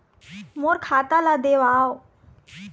मोर खाता ला देवाव?